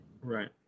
Right